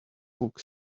oak